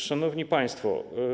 Szanowni Państwo!